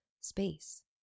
space